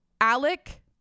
Alec